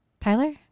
Tyler